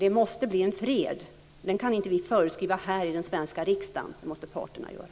Det måste ju bli en fred. Den kan vi inte föreskriva här i den svenska riksdagen. Det måste parterna göra.